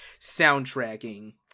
soundtracking